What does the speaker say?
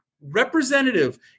representative